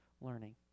learning